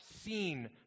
seen